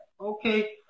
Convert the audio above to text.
Okay